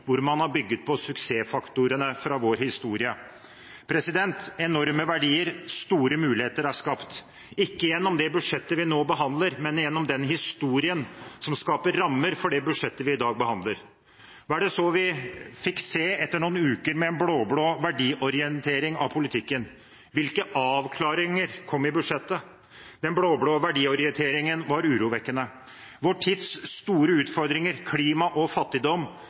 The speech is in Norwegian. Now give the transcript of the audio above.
hvor man har bygget på suksessfaktorene fra vår historie. Enorme verdier og store muligheter er skapt, ikke gjennom det budsjettet vi nå behandler, men gjennom den historien som skaper rammer for det budsjettet vi i dag behandler. Hva er det så vi fikk se etter noen uker med blå-blå verdiorientering av politikken? Hvilke avklaringer kom i budsjettet? Den blå-blå verdiorienteringen var urovekkende. Vår tids store utfordringer – klima og fattigdom